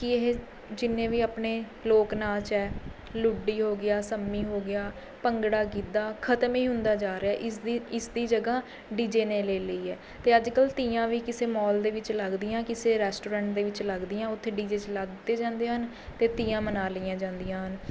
ਕਿ ਇਹ ਜਿੰਨੇ ਵੀ ਆਪਣੇ ਲੋਕ ਨਾਚ ਹੈ ਲੁੱਡੀ ਹੋ ਗਿਆ ਸੰਮੀ ਹੋ ਗਿਆ ਭੰਗੜਾ ਗਿੱਧਾ ਖਤਮ ਹੀ ਹੁੰਦਾ ਜਾ ਰਿਹਾ ਇਸਦੀ ਇਸਦੀ ਜਗ੍ਹਾ ਡੀ ਜੇ ਨੇ ਲੈ ਲਈ ਹੈ ਅਤੇ ਅੱਜ ਕੱਲ੍ਹ ਤੀਆਂ ਵੀ ਕਿਸੇ ਮੋਲ ਦੇ ਵਿੱਚ ਲੱਗਦੀਆਂ ਕਿਸੇ ਰੈਸਟੋਰੈਂਟ ਦੇ ਵਿੱਚ ਲੱਗਦੀਆਂ ਉੱਥੇ ਡੀ ਜੇ ਚਲਾ ਦਿੱਤੇ ਜਾਂਦੇ ਹਨ ਅਤੇ ਤੀਆਂ ਮਨਾ ਲਈਆਂ ਜਾਂਦੀਆਂ ਹਨ